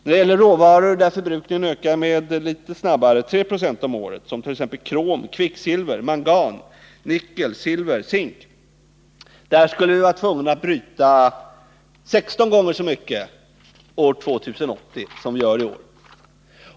När det gäller råvaror där förbrukningen ökar med 3 96 om året, vilket är fallet för exempelvis krom, kvicksilver, mangan, nickel, silver och zink, skulle vi år 2080 vara tvungna att bryta 16 gånger så mycket som vi gör i år.